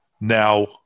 now